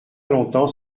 longtemps